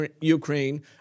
Ukraine